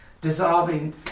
dissolving